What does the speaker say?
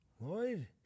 Lloyd